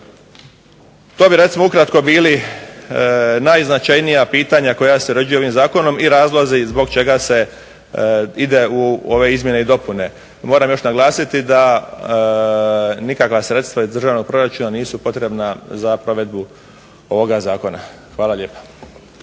To bi recimo ukratko bili najznačajnija pitanja koja se uređuju ovim zakonom i razlozi zbog čega se ide u ove izmjene i dopune. Moram još naglasiti da nikakva sredstva iz državnog proračuna nisu potrebna za provedbu ovoga zakona. Hvala lijepa.